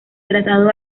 tratado